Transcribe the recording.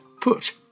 put